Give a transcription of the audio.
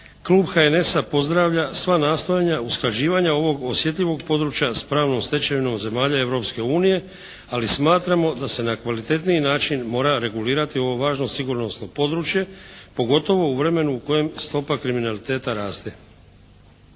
klub HNS-a pozdravlja nastojanja usklađivanja ovog osjetljivog područja s pravnom stečevinom zemalja Europske unije, ali smatramo da se na kvalitetniji način mora regulirati ovo važno sigurnosno područje, pogotovo u vremenu u kojem stopa kriminaliteta raste.